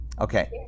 Okay